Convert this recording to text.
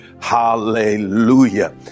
hallelujah